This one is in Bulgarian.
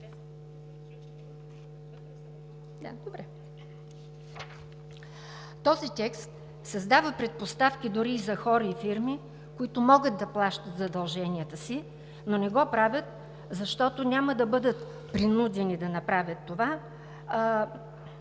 Този текст създава предпоставки дори за хора и фирми, които могат да плащат задълженията си, но не го правят, защото няма да бъдат принудени да направят това например с